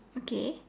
okay